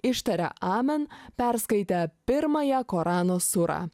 ištaria amen perskaitę pirmąją korano surą